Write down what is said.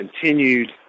continued